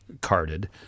carded